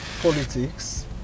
politics